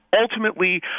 ultimately